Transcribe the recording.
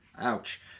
Ouch